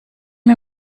mir